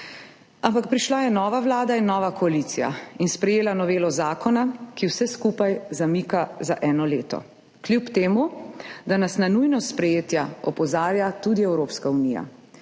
Ampak prišla je nova vlada in nova koalicija in sprejela novelo zakona, ki vse skupaj zamika za eno leto, kljub temu da nas na nujnost sprejetja opozarja tudi Evropska unija.